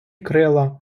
крила